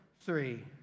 three